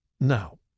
Now